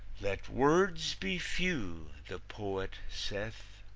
let words be few, the poet saith,